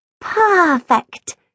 Perfect